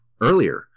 earlier